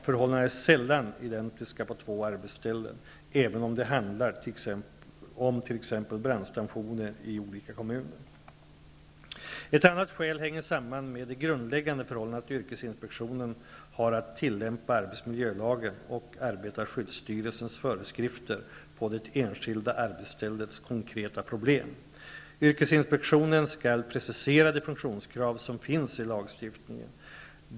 Förhållandena är sällan identiska på två arbetställen, även om det handlar om t.ex. Ett annat skäl hänger samman med det grundläggande förhållandet att yrkesinspektionen har att tillämpa arbetsmiljölagen och arbetarskyddsstyrelsens föreskrifter på det enskilda arbetsställets konkreta problem. Yrkesinspektionen skall precisera de funktionskrav som finns i lagstiftningen.